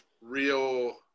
real